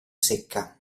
secca